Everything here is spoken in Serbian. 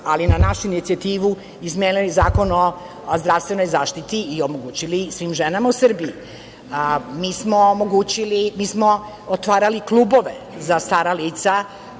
ali na našu inicijativu, i izmenili Zakon o zdravstvenoj zaštiti i to omogućili svim ženama u Srbiji. Mi smo otvarali klubove za stara lica,